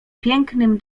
pięknym